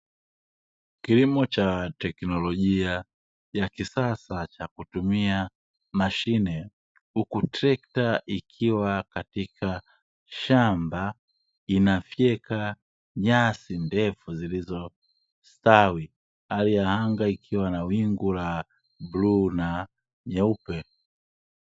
Kilimo cha teknolojia ya kisasa cha kutumia mashine huku trekta ikiwa katika shamba inafyeka nyasi ndefu zilizostawi, hali ya anga ikiwa na wingu la bluu na nyeupe.